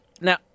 Now